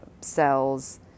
cells